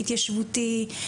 וההתיישבותי.